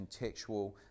contextual